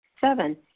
Seven